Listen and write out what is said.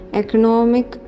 economic